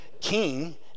king